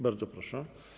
Bardzo proszę.